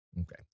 Okay